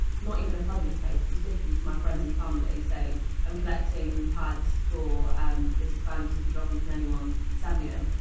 not even a public post. it was literally, it's my friends and family saying i'm collecting pads for um, this asylum seeker drop in can anyone send me them.